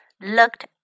looked